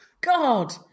God